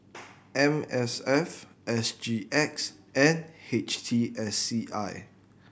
M S F S G X and H T S C I